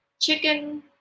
Chicken